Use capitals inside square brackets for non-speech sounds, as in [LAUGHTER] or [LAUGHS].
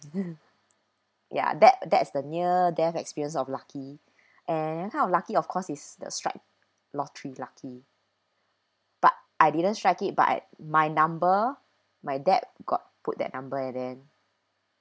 [LAUGHS] ya that that's the near death experience of lucky [BREATH] and kind of lucky of course is the strike lottery lucky but I didn't strike it but my number my dad got put that number eh then